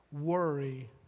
worry